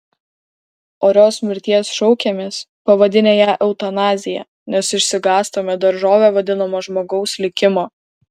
orios mirties šaukiamės pavadinę ją eutanazija nes išsigąstame daržove vadinamo žmogaus likimo